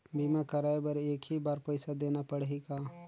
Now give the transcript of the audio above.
बीमा कराय बर एक ही बार पईसा देना पड़ही का?